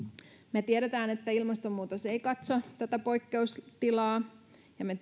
me tiedämme että ilmastonmuutos ei katso tätä poikkeustilaa ja me